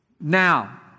Now